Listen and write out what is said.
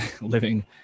living